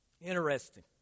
Interesting